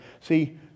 see